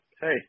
hey